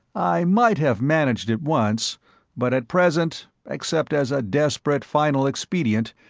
i might have managed it once but at present, except as a desperate final expedient,